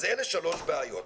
אז אלה שלוש בעיות.